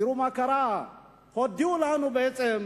תראו מה קרה: בעצם הודיעו לנו שביום